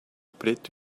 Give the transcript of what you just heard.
preto